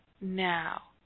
now